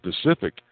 specific